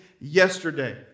yesterday